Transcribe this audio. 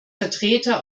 vertreter